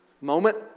moment